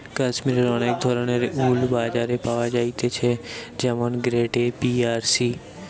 কাশ্মীরের অনেক ধরণের উল বাজারে পাওয়া যাইতেছে যেমন গ্রেড এ, বি আর সি